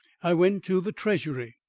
i went to the treasury,